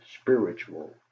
spiritual